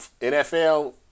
NFL